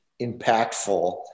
impactful